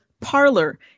parlor